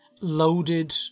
loaded